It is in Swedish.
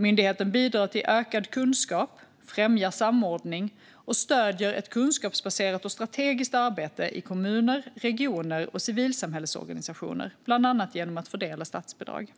Myndigheten bidrar till ökad kunskap, främjar samordning och stöder ett kunskapsbaserat och strategiskt arbete i kommuner, regioner och civilsamhällesorganisationer, bland annat genom att fördela statsbidrag.